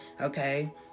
Okay